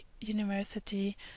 university